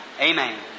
amen